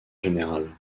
général